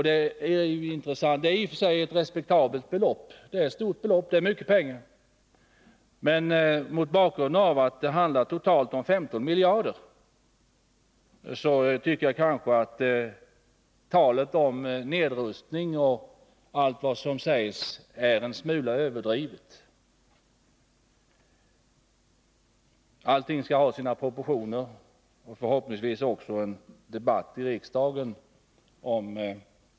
Det är i och för sig ett respektabelt belopp — det är mycket pengar — men mot bakgrund av att det totalt handlar om 15 miljarder, så tycker jag kanske att talet om nedrustning osv. är en smula överdrivet. Allting skall ha sina proportioner — förhoppningsvis också en debatt i riksdagen.